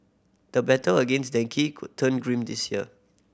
the battle against dengue could turn grim this year